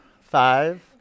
five